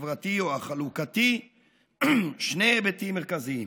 חברתי או החלוקתי שני היבטים מרכזיים: